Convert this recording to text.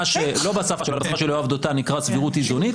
מה שלא בשפה שלו אלא בשפה של יואב דותן נקרא סבירות איזונית,